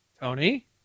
Tony